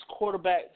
quarterbacks